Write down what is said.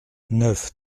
neuf